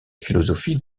philosophie